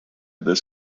this